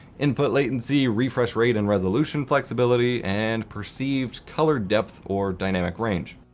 input latency, refresh rate and resolution flexibility, and perceived color depth or dynamic range.